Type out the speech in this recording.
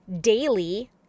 daily